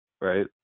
Right